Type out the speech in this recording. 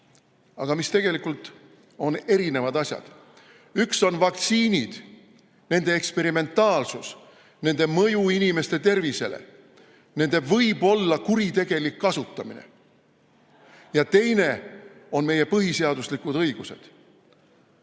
aga mis tegelikult on erinevad asjad. Üks on vaktsiinid, nende eksperimentaalsus, nende mõju inimeste tervisele, nende võib-olla kuritegelik kasutamine, ja teine on meie põhiseaduslikud õigused.